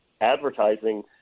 advertising